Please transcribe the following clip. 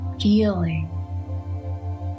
feeling